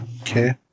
Okay